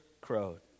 crowed